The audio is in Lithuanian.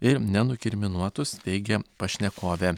ir nenukirminuotus teigia pašnekovė